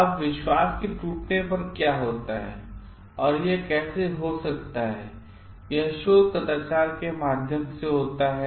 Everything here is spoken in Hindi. अब विश्वास के टूटने पर क्या होता है और यह कैसे होता है यह शोध कदाचार के माध्यम से होता है